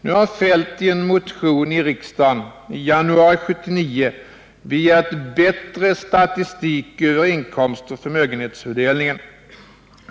Nu har Feldt i en motion i riksdagen i januari 1979 begärt bättre statistik över inkomstoch förmögen hetsfördelningen.